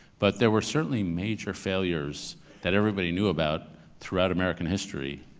but there were certainly major failures that everybody knew about throughout american history,